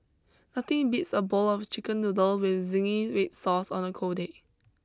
but digital apply applications within the heritage community need not always be linked to modernity